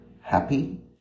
Happy